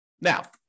Now